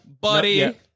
buddy